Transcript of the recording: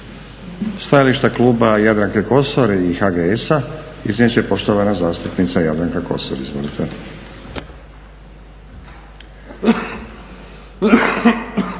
Stajalište Kluba Jadranke Kosor i HGS-a iznijet će poštovana zastupnica Jadranka Kosor.